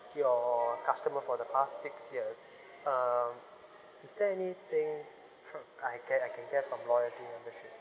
your customer for the past six years um it's there anything from I can I can get from loyalty membership